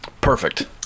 Perfect